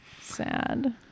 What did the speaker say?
Sad